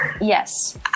Yes